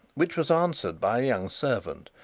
which was answered by a young servant,